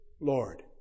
Lord